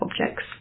objects